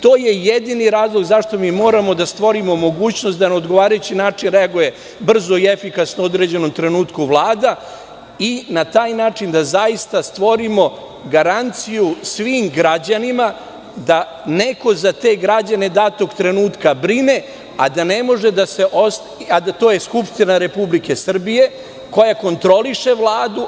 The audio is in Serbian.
To je jedini razlog zašto mi moramo da stvorimo mogućnost da na odgovarajući način reaguje, brzo i efikasno, u određenom trenutku Vlada i na taj način da zaista stvorimo garanciju svim građanima da neko za te građane datog trenutka brine, a to je Skupština Republike Srbije, koja kontroliše Vladu.